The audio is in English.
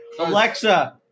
Alexa